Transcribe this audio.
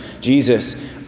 jesus